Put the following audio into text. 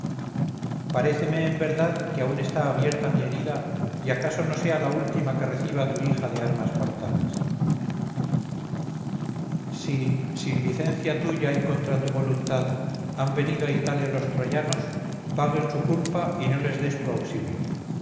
tideo paréceme en verdad que aun está abierta mi herida y acaso no sea la última que reciba tu hija de armas mortales si sin licencia tuya y contra tu voluntad han venido a italia los troyanos paguen su culpa y no les des tu auxilio